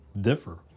differ